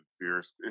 fierce